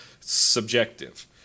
subjective